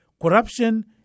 corruption